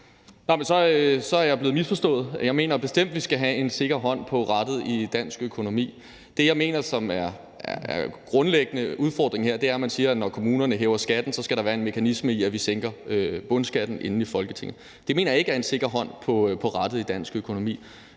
Så er jeg blevet misforstået. Jeg mener bestemt, at vi skal have en sikker hånd på rattet i dansk økonomi. Det, jeg grundlæggende mener er udfordringen her, er, at man siger, at når kommunerne hæver skatten, skal der være en mekanisme i, at vi sænker bundskatten i Folketinget. Det mener jeg ikke er en sikker hånd på rattet i dansk økonomi.